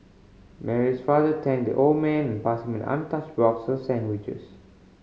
Mary's father thanked the old man passed him an untouched box of sandwiches